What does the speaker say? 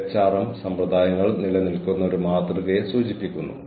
ഞങ്ങളുടെ സഹപ്രവർത്തകരിൽ ചിലർക്ക് പ്രചോദനം ലഭിക്കുന്നു